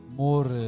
more